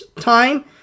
time